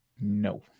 No